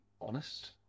honest